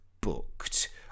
booked